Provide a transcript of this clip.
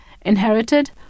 inherited